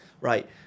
Right